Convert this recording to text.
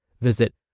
Visit